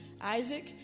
Isaac